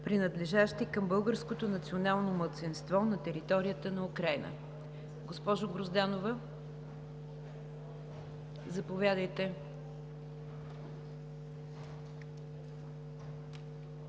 принадлежащи към българското национално малцинство на територията на Украйна. Госпожо Грозданова, заповядайте.